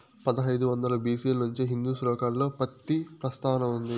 పదహైదు వందల బి.సి ల నుంచే హిందూ శ్లోకాలలో పత్తి ప్రస్తావన ఉంది